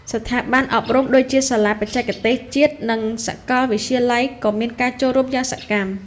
ស្ថាប័នអប់រំដូចជាសាលាបច្ចេកទេសជាតិនិងសាកលវិទ្យាល័យក៏មានការចូលរួមយ៉ាងសកម្ម។